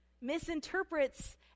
misinterprets